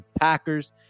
Packers –